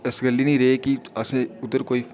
इस गल्ला नेईं रेह् कि अस उद्धर कोई